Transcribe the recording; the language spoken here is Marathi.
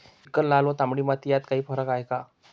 चिकण, लाल व तांबडी माती यात काही फरक आहे का?